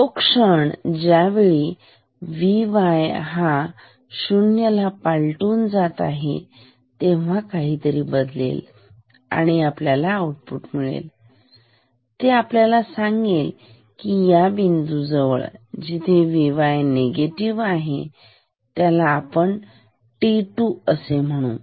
तो क्षण ज्यावेळी Vy हा 0 ला पालटून जात आहे तेव्हा काहीतरी बदलेल आणि आपल्याला आउटपुट मिळेल ते आपल्याला सांगेल की या बिंदू जवळ जिथे Vy हा निगेटिव्ह होत आहे त्याला आपण t2 असे म्हणू